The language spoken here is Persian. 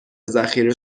ذخیره